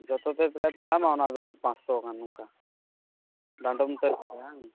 ᱡᱚᱛᱚ ᱛᱮ ᱯᱨᱟᱭ ᱯᱟᱲᱟᱣᱮᱱᱟ ᱚᱱᱟ ᱫᱚ ᱯᱟᱸᱥ ᱥᱚ ᱜᱟᱱ ᱚᱱᱠᱟ ᱰᱟᱸᱰᱚᱢ ᱛᱮᱫ ᱵᱟᱝ